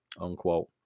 unquote